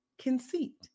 conceit